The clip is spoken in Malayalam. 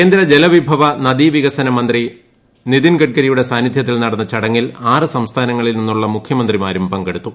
കേന്ദ്ര ജലവിഭവ നദീവികസന മന്ത്രി നിതിൻ ഗഡ്കരിയുടെ സാന്നിദ്ധ്യത്തിൽ നടന്ന ചടങ്ങിൽ ആറ് സംസ്ഥാനങ്ങളിൽ നിന്നുള്ള മുഖ്യമന്ത്രി മാരും പങ്കെടുത്തു